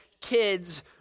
kids